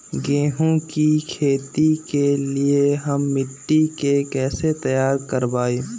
गेंहू की खेती के लिए हम मिट्टी के कैसे तैयार करवाई?